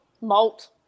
malt